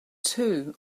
two